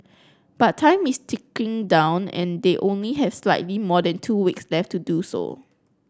but time is ticking down and they only have slightly more than two weeks left to do so